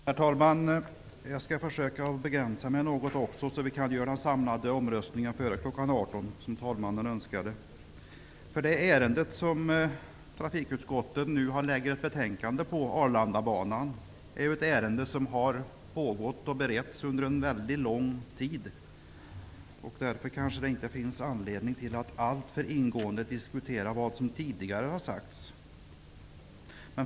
Herr talman! Jag skall försöka begränsa mig något, så att vi kan ha den samlade omröstningen före kl. Ärendet Arlandabanan, som trafikutskottet nu har lagt fram ett betänkande om, är ett ärende som har beretts under lång tid. Det finns därför kanske inte anledning att alltför ingående diskutera vad som tidigare har sagts.